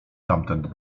tamten